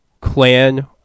clan